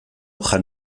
jan